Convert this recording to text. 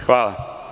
Hvala.